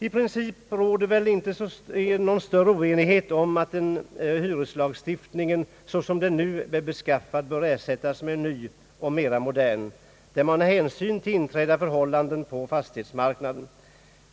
I princip råder det ingen större oenighet om att hyreslagen, såsom den nu är beskaffad, bör ersättas med en ny och mera modern, i vilken man tar hänsyn till inträdda förhållanden på fastighetsmarknaden.